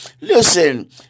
Listen